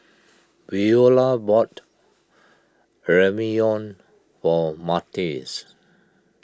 Veola bought Ramyeon for Matias